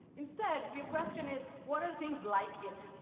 instead, your question is, what are things like it?